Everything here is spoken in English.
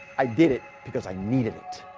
i did it because i needed it.